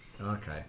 Okay